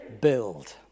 build